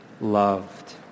loved